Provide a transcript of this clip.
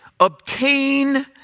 obtain